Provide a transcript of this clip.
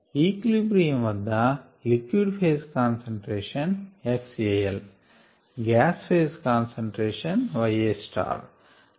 equilibrium వద్ద liquid phase concentration xAL gas phase concentration yA